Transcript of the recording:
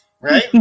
Right